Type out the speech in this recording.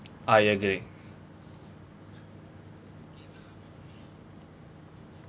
I agree